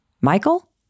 Michael